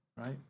right